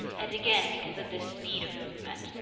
and again because of this speed of movement.